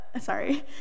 sorry